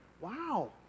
Wow